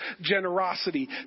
generosity